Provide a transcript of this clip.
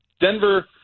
Denver –